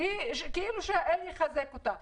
שהאל יחזק אותה.